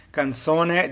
canzone